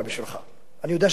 אני יודע שאתה עוקב אחרי זה,